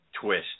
twist